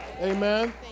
Amen